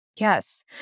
Yes